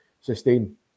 sustain